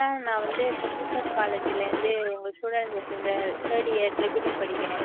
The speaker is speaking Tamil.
சார் நான் வந்து சென் ஜோசப் காலேஜ்லேருந்து உங்கள் ஸ்டூடண்ட் பேசுகிறேன் இந்த தேர்டு இயர் டிரிபுள்ஈ படிக்கிறேன்